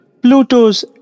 Plutos